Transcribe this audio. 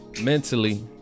mentally